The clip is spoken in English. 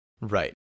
Right